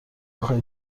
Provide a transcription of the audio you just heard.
میخای